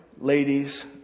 ladies